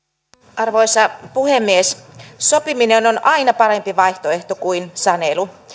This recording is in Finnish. arvoisa puhemies sopiminen on aina parempi vaihtoehto kuin sanelu